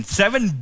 seven